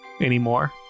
anymore